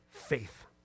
faith